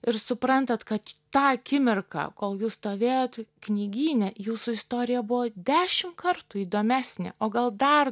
ir suprantat kad tą akimirką kol jūs stovėjot knygyne jūsų istorija buvo dešimt kartų įdomesnė o gal dar